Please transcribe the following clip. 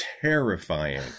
terrifying